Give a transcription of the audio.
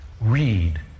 Read